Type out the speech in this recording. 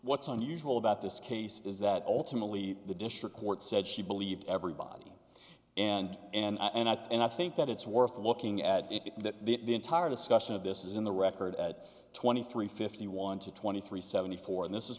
what's unusual about this case is that ultimately the district court said she believed everybody and and i thought and i think that it's worth looking at it that the entire discussion of this is in the record at twenty three fifty one to twenty three seventy four and this is